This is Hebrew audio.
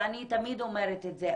ואני תמיד אומרת את זה,